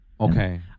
Okay